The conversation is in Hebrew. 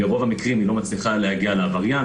ברוב המקרים היא לא מצליחה להגיע לעבריין,